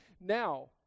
Now